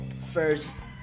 first